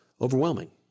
overwhelming